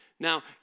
Now